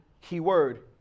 keyword